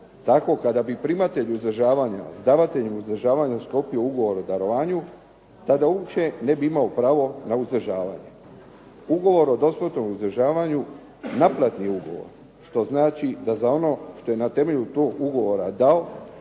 tako kada bi primatelj uzdržavanja s davateljem uzdržavanja sklopio ugovor o darovanju tada uopće ne bi imao pravo na uzdržavanje. Ugovor o dosmrtnom uzdržavanju naplatni ugovor, što znači da za ono što je na temelju toga ugovora dao